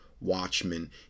Watchmen